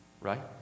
right